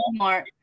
Walmart